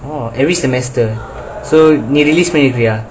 oh every semester so நீ:nee release பன்ரியா:panriya